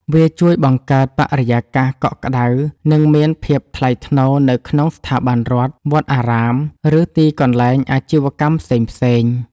វាជួយបង្កើតបរិយាកាសកក់ក្ដៅ និងមានភាពថ្លៃថ្នូរនៅក្នុងស្ថាប័នរដ្ឋ វត្តអារាម ឬទីកន្លែងអាជីវកម្មផ្សេងៗ។